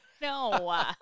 No